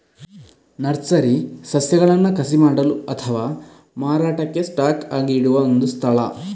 nursery ಸಸ್ಯಗಳನ್ನ ಕಸಿ ಮಾಡಲು ಅಥವಾ ಮಾರಾಟಕ್ಕೆ ಸ್ಟಾಕ್ ಆಗಿ ಇಡುವ ಒಂದು ಸ್ಥಳ